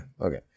Okay